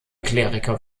kleriker